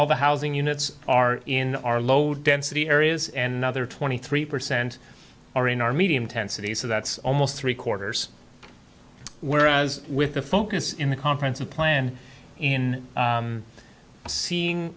all the housing units are in our low density areas and other twenty three percent are in our medium tent cities so that's almost three quarters whereas with the focus in the conference a plan in seeing